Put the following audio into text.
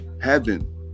heaven